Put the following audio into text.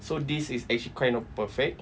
so this is actually kind of perfect